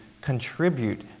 contribute